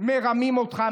מרמים אותך,